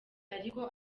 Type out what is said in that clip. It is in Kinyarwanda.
ariko